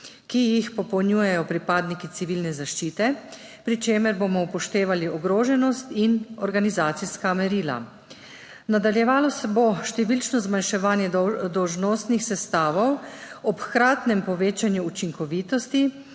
ki jih popolnjujejo pripadniki Civilne zaščite, pri čemer bomo upoštevali ogroženost in organizacijska merila. Nadaljevalo se bo številčno zmanjševanje dolžnostnih sestavov ob hkratnem povečanju učinkovitosti